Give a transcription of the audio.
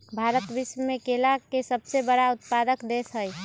भारत विश्व में केला के सबसे बड़ उत्पादक देश हई